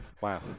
Wow